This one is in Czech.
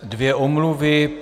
Dvě omluvy.